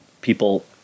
people